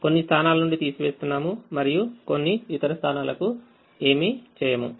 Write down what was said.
మనము కొన్ని స్థానాల నుండి తీసివేస్తున్నాము మరియు మనము కొన్ని ఇతర స్థానాలకు ఏమీ చేయము